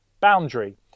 boundary